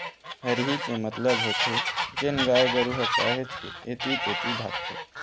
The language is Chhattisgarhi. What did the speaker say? हरही के मतलब होथे जेन गाय गरु ह काहेच के ऐती तेती भागथे